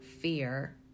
fear